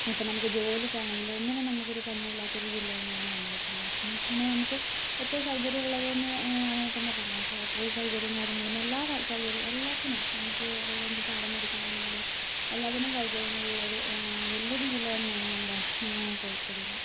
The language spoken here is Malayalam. ഇപ്പോൾ നമുക്ക് ജോലിക്കാണെങ്കിലും ഒന്നിനും നമുക്കൊരു പഞ്ഞമില്ലാത്തൊരു ജില്ലതന്നെയാണ് നമ്മുടെ ജില്ല പിന്നെന്നു വെച്ചിട്ടുണ്ടെങ്കിൽ നമുക്ക് ഏറ്റോം സൗകര്യമുള്ളത്ന്നു വേണെങ്കിത്തന്നെ പറയാൻ സാധിക്കും അത്രെയും സൗകര്യങ്ങളും കാര്യങ്ങളും എല്ലാ സൗകര്യം എല്ലാ എല്ലാത്തിനും നമുക്ക് അതായത് എന്ത് സാധനം മേടിക്കാനാണെങ്കിലും എല്ലാത്തിനും സൗകര്യങ്ങളുള്ളൊരു വലിയൊരു ജില്ല തന്നെയാണ് നമ്മുടെ കോഴിക്കോട് ജില്ല